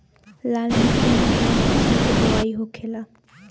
लाल मिट्टी में कौन फसल के बोवाई होखेला?